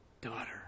daughter